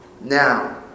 Now